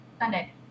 Sunday